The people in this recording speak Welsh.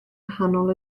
nghanol